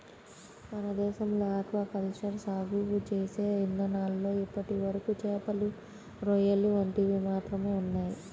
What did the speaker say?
మన దేశంలో aquaculture సాగు చేసే ఇదానాల్లో ఇప్పటివరకు చేపలు, రొయ్యలు వంటివి మాత్రమే ఉన్నయ్